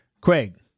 Craig